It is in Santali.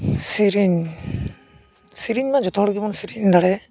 ᱥᱮᱨᱮᱧ ᱥᱮᱨᱮᱧ ᱢᱟ ᱡᱚᱛᱚ ᱦᱚᱲ ᱜᱮᱵᱚᱱ ᱥᱮᱨᱮᱧ ᱫᱟᱲᱮᱭᱟᱜ